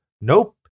nope